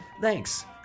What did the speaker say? Thanks